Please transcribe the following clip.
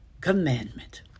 commandment